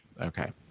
okay